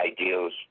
ideals